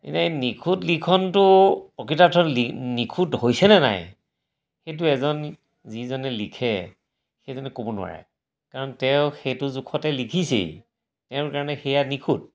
এতিয়া নিখুঁত লিখনটো প্ৰকৃতাৰ্থত নি নিখুঁত হৈছেনে নাই সেইটো এজন যিজনে লিখে সেইজনে ক'ব নোৱাৰে কাৰণ তেওঁ সেইটো জোখতে লিখিছেই তেওঁৰ কাৰণে সেয়া নিখুঁত